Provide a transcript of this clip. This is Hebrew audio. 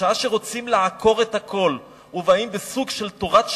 בשעה שרוצים לעקור את הכול ובאים בסוג של תורת שלבים,